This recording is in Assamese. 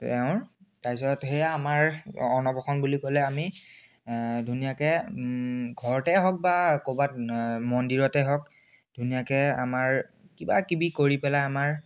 তেওঁৰ তাৰপাছত সেয়া আমাৰ অন্নপ্ৰাশন বুলি ক'লে আমি ধুনীয়াকৈ ঘৰতেই হওক বা ক'ৰবাত মন্দিৰতে হওক ধুনীয়াকৈ আমাৰ কিবাকিবি কৰি পেলাই আমাৰ